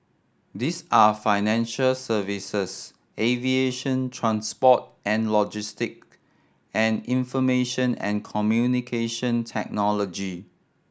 these are financial services aviation transport and logistic and information and Communication Technology